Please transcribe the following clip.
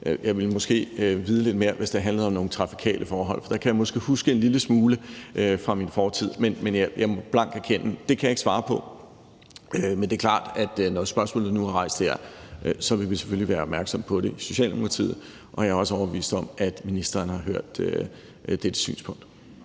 Jeg ville måske vide lidt mere, hvis det handlede om nogle trafikale forhold, for der kan jeg måske huske en lille smule fra min fortid. Men jeg må blankt erkende, at jeg ikke kan svare på det. Men det er klart, at vi, når spørgsmålet nu er rejst her, selvfølgelig vil være opmærksomme på det i Socialdemokratiet, og jeg er også overbevist om, at ministeren har hørt dette synspunkt.